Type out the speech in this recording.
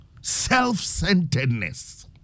self-centeredness